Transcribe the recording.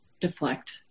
deflect